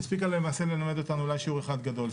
הספיקה למעשה ללמד אותנו אולי שיעור אחד גדול,